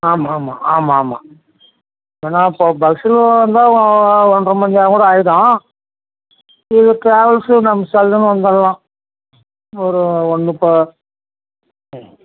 ஆமாம் ஆமாம் ஆமாம் ஆமாம் ஏன்னா இப்போ பஸ்ஸில் வந்தால் ஒன்றை மணிநேரம் கூட ஆயிடும் இது ட்ராவல்ஸு நம்ம சல்லுன்னு வந்துடலாம் ஒரு முப்ப ம்